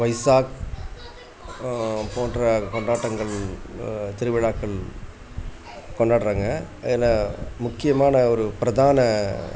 வைசாக் போன்ற கொண்டாட்டங்கள் திருவிழாக்கள் கொண்டாடுறாங்க அதில் முக்கியமான ஒரு பிரதான